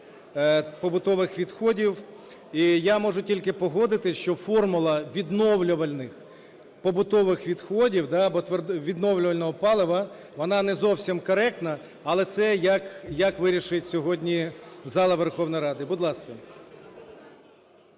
побутових відходів. І я можу тільки погодитись, що формула відновлювальних побутових відходів або відновлювального палива, вона не зовсім коректна, але це як вирішить сьогодні зала Верховної Ради. Будь ласка.